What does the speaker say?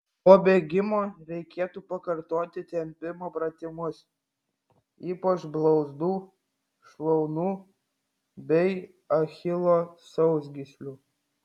po bėgimo reikėtų pakartoti tempimo pratimus ypač blauzdų šlaunų bei achilo sausgyslių